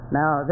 now